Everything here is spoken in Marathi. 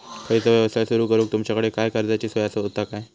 खयचो यवसाय सुरू करूक तुमच्याकडे काय कर्जाची सोय होता काय?